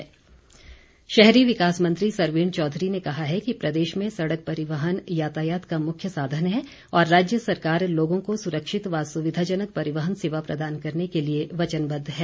सरवीण चौधरी शहरी विकास मंत्री सरवीण चौधरी ने कहा है कि प्रदेश में सड़क परिवहन यातायात का मुख्य साधन है और राज्य सरकार लोगों को सुरक्षित व सुविधाजनक परिवहन सेवा प्रदान करने के लिए वचनबद्द है